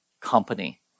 company